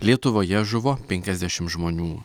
lietuvoje žuvo penkiasdešim žmonių